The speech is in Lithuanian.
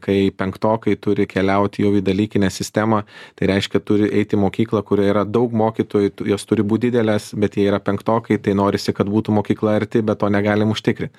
kai penktokai turi keliaut jau į dalykinę sistemą tai reiškia turi eit į mokyklą kurioje yra daug mokytojų jos turi būt didelės bet jie yra penktokai tai norisi kad būtų mokykla arti bet to negalim užtikrinti